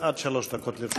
בבקשה, עד שלוש דקות לרשותך.